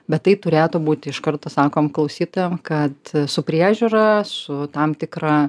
bet tai turėtų būt iš karto sakom klausytojam kad su priežiūra su tam tikra